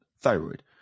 thyroid